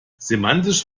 semantisch